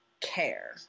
care